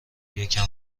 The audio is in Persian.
یکم